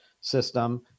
system